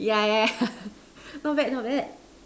yeah yeah yeah not bad not bad